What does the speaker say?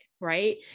right